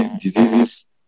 diseases